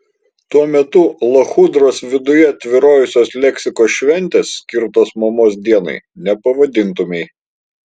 tuo metu lachudros viduje tvyrojusios leksikos šventės skirtos mamos dienai nepavadintumei